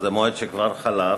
מועד שכבר חלף,